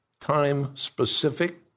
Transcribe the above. time-specific